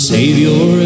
Savior